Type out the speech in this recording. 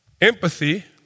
empathy